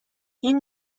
این